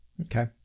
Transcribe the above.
Okay